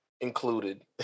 included